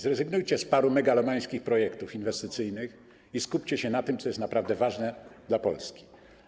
Zrezygnujcie z paru megalomańskich projektów inwestycyjnych i skupcie się na tym, co jest naprawdę ważne dla Polski.